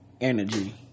energy